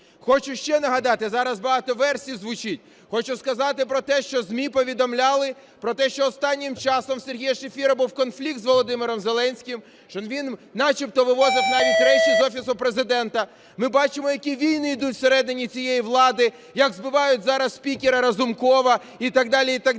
Хочу ще нагадати, зараз багато версій звучить, хочу сказати про те, що ЗМІ повідомляли про те, що останнім часом у Сергія Шефіра був конфлікт з Володимиром Зеленським, що він начебто вивозив навіть речі з Офісу Президента. Ми бачимо, які війни йдуть всередині цієї влади, як збивають зараз спікера Разумкова і так далі, і так далі.